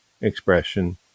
expression